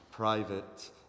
private